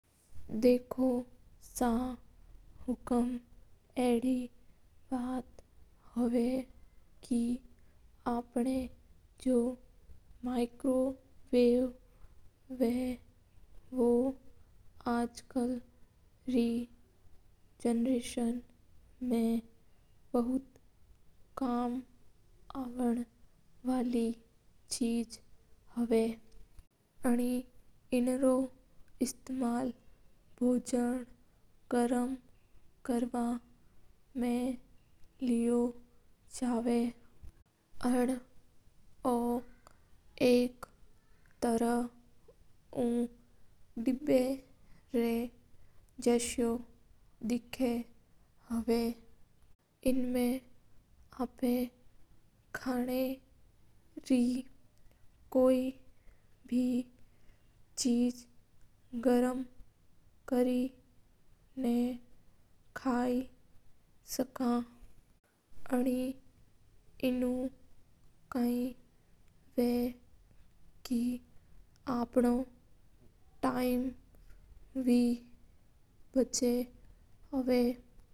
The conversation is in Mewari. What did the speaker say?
देखो सा हुकम एडी बात हवा के आपणो माइक्रोवेव हवा जाकी आजकल रै जनरसेन मा बोथ काम मा आवण वाली चीज हा। ओ एक डब्बो जैसो हवे, ऐनू आपणो टाइम भी बचा औऱ बिन माईना आपा अपनी चीज राख सका हा।